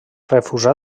refusà